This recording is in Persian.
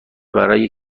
برای